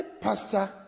pastor